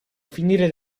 finire